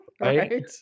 Right